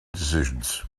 decisions